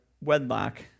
wedlock